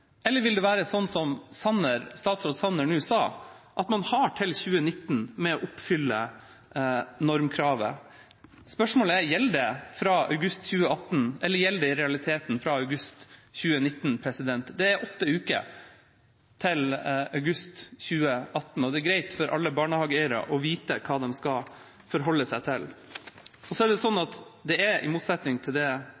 eller vil det være sånn som statsråd Sanner nå sa, at man har til 2019 med å oppfylle normkravet? Spørsmålet er: Gjelder det fra august 2018, eller gjelder det fra august 2019? Det er åtte uker til august 2018, og det er greit for alle barnehageeiere å vite hva de skal forholde seg til. Det er i motsetning til det